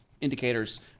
indicators